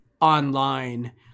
online